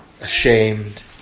ashamed